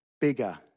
bigger